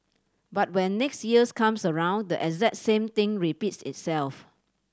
but when next years comes around the exact same thing repeats itself